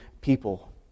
people